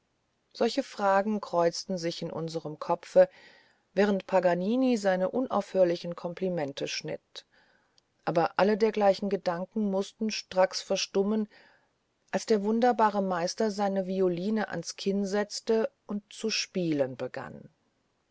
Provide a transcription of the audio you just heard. solche fragen kreuzten sich in unserem kopfe während paganini seine unaufhörlichen komplimente schnitt aber alle dergleichen gedanken mußten stracks verstummen als der wunderbare meister seine violine ans kinn setzte und zu spielen begann